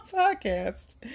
podcast